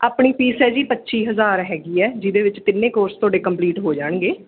ਆਪਣੀ ਫੀਸ ਹੈ ਜੀ ਪੱਚੀ ਹਜ਼ਾਰ ਹੈਗੀ ਹੈ ਜਿਹਦੇ ਵਿੱਚ ਤਿੰਨੇ ਕੋਰਸ ਤੁਹਾਡੇ ਕੰਪਲੀਟ ਹੋ ਜਾਣਗੇ